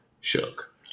shook